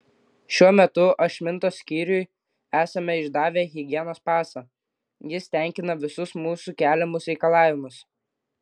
šiuo metu ašmintos skyriui esame išdavę higienos pasą jis tenkina visus mūsų keliamus reikalavimus